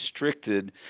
restricted